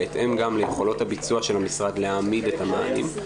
בהתאם גם ליכולות הביצוע של המשרד להעמיד את המענים,